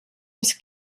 was